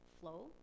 flow